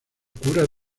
curas